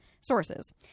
sources